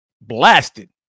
blasted